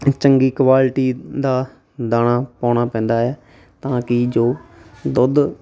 ਚੰਗੀ ਕੁਆਲਿਟੀ ਦਾ ਦਾਣਾ ਪਾਉਣਾ ਪੈਂਦਾ ਹੈ ਤਾਂ ਕਿ ਜੋ ਦੁੱਧ